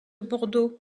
bordeaux